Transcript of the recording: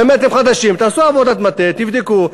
באמת אתם חדשים, תעשו עבודת מטה, תבדקו.